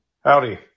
Howdy